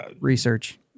research